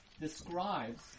describes